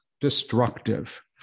destructive